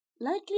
Likely